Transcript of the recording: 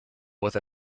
with